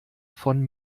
von